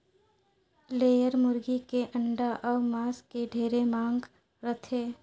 layer मुरगी के अंडा अउ मांस के ढेरे मांग रहथे